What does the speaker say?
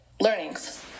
learnings